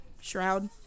shroud